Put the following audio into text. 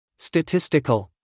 Statistical